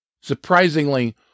Surprisingly